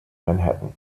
manhattan